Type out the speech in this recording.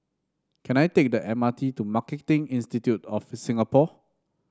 can I take the M R T to Marketing Institute of Singapore